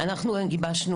אנחנו גיבשנו